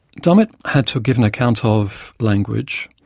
dummett had to give an account ah of language,